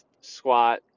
squat